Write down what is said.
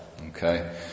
Okay